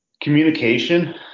Communication